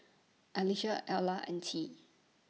Alivia Ayla and Tea